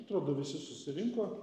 atrodo visi susirinko